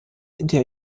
der